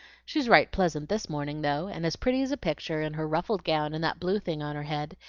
she's right pleasant this morning though, and as pretty as a picture in her ruffled gown and that blue thing on her head,